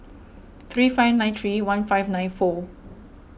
three five nine three one five nine four